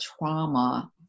trauma